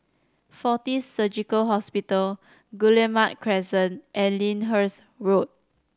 Fortis Surgical Hospital Guillemard Crescent and Lyndhurst Road